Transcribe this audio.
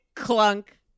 clunk